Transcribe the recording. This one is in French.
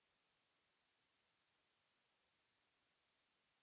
...